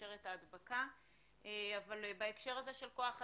שרשרת ההדבקה אבל בהקשר הזה של כוח אדם,